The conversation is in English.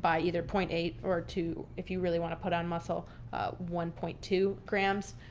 by either point eight or two. if you really want to put on muscle one point two grams.